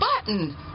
button